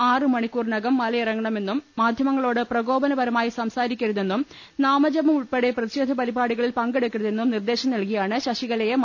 ആറ് മണിക്കൂറിനകം മലയിറങ്ങണമെന്നും മാധ്യമങ്ങളോട് പ്രകോപനപരമായി സംസാരിക്കരുതെന്നും നാമജപം ഉൾപ്പെടെ പ്രതിഷേധ പരിപാടികളിൽ പങ്കെടുക്കരുതെന്നും നിർദേശം നൽകി യാണ് ശശികലയെ മലകേറാൻ അനുവദിച്ചത്